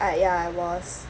ah ya I was